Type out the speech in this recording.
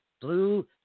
Blue